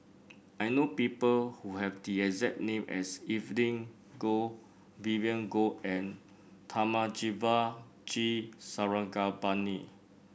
I know people who have the exact name as Evelyn Goh Vivien Goh and Thamizhavel G Sarangapani